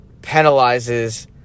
penalizes